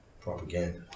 propaganda